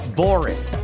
boring